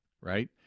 right